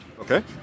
Okay